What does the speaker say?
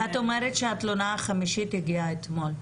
--- את אומרת שהתלונה החמישית הגיעה אתמול,